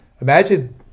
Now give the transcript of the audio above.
Imagine